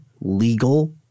legal